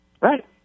Right